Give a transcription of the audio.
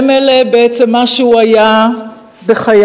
הם מה שהוא היה בחייו.